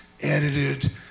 edited